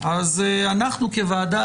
אנחנו כוועדה,